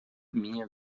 minha